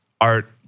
art